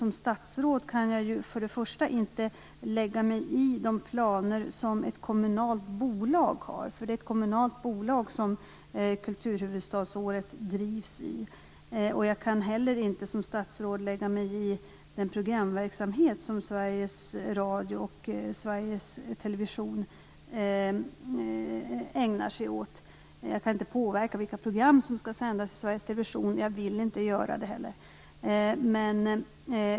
Som statsråd kan jag inte lägga mig i de planer som ett kommunalt bolag har. Kulturhuvudstadsåret drivs inom ramen för ett kommunalt bolag. Jag kan heller inte som statsråd lägga mig i den programverksamhet som Sveriges Radio och Sveriges Television ägnar sig åt. Jag kan inte påverka vilka program som skall sändas i Sveriges Television. Jag vill inte heller göra det.